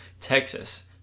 Texas